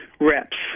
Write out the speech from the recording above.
reps